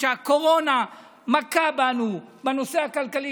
כשהקורונה מכה בנו בנושא הכלכלי,